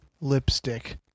lipstick